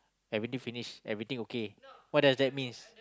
everything finish everything okay what does that means